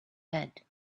bed